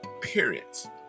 periods